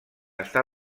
està